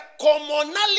commonality